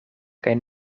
kaj